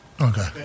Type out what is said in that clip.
Okay